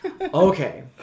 Okay